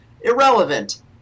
irrelevant